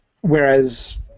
whereas